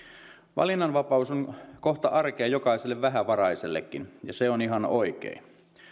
valinnanvapaus on kohta arkea jokaiselle vähävaraisellekin ja se on ihan oikein